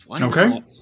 Okay